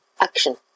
Action